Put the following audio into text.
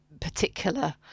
particular